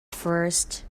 first